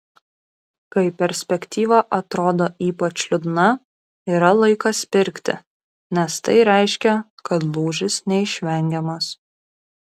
kai perspektyva atrodo ypač liūdna yra laikas pirkti nes tai reiškia kad lūžis neišvengiamas